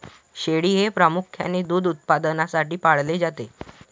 शेळी हे प्रामुख्याने दूध उत्पादनासाठी पाळले जाते